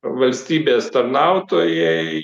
valstybės tarnautojai